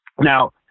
Now